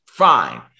Fine